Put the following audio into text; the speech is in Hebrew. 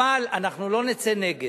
אבל אנחנו לא נצא נגד.